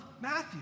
Matthew